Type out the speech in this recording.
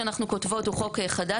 היא גם לוקחת את החומר אליה.